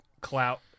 clout